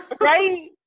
right